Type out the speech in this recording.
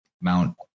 mount